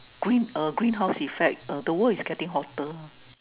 green greenhouse effect the world is getting hotter